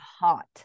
hot